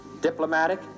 diplomatic